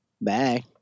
Bye